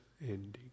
ending